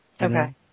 Okay